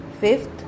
Fifth